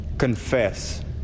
Confess